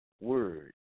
Word